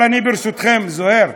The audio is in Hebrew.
זוהיר,